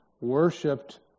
worshipped